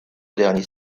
derniers